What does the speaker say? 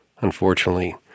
Unfortunately